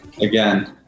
again